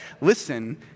listen